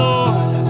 Lord